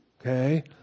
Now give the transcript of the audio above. Okay